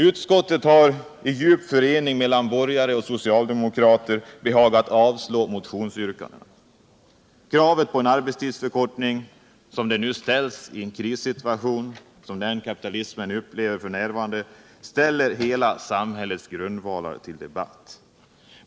Utskottet har i djup förening mellan borgare och socialdemokrater behagat avstyrka alla motionsyrkandena. Kravet på en arbetstidsförkortning i en krissituation som den kapitalismen f. n. befinner sig i ställer hela samhällets grundvalar till debatt.